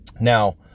Now